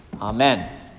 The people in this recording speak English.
amen